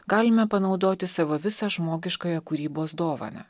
galime panaudoti savo visą žmogiškąją kūrybos dovaną